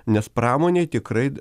nes pramonei tikrai